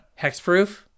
hexproof